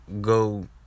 go